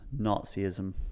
nazism